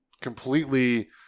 completely –